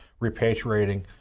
repatriating